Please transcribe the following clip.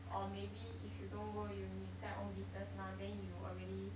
or maybe if you don't go uni you set your own business now then you already